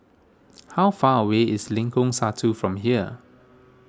how far away is Lengkong Satu from here